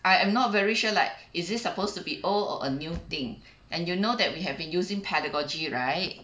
I am not very sure like is this supposed to be old or a new thing and you know that we have been using pedagogy right